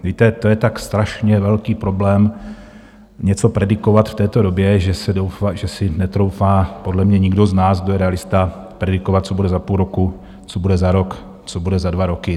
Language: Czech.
Víte, to je tak strašně velký problém, něco predikovat v této době, že si netroufá podle mě nikdo z nás, kdo je realista, predikovat, co bude za půl roku, co bude za rok, co bude za dva roky.